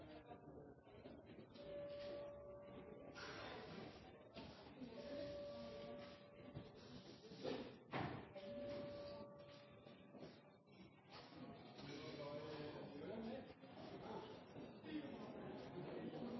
vi mener skal til,